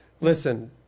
listen